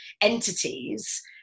entities